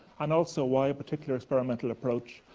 and also why a particular experimental approach,